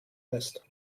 lässt